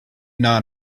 not